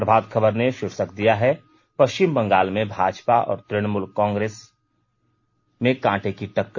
प्रभात खबर ने शीर्षक दिया है पष्चिम बंगाल में भाजपा और तृणमुल में कांटे की टक्कर